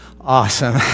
awesome